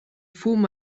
fum